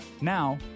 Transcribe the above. Now